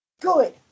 Good